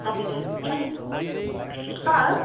तपाईँले छ नि छ